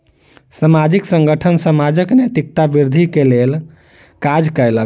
सामाजिक संगठन समाजक नैतिकता वृद्धि के लेल काज कयलक